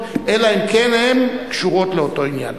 אלא אם כן הן קשורות לאותו עניין.